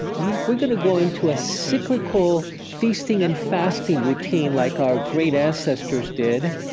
we're we're going to go into a cyclical feasting and fasting routine like our great ancestors did.